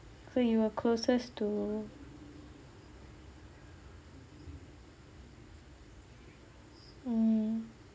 so you were closest to mm